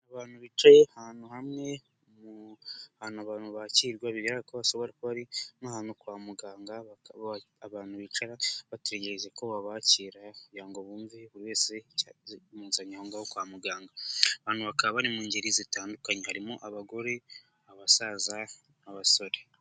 Abantu bicaye ahantu hamwe mu ahantu abantu bakirirwa bigaragara ko bashobora kuba ari nk'ahantu kwa muganga abantu bicara bategereje ko babakira kugira ngo bumve buri wese icyari kimuzanye aho ngaho kwa muganga. abantu bakaba bari mu ngeri zitandukanye harimo abagore, abasaza n'abasore.